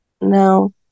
No